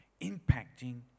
impacting